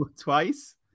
twice